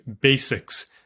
basics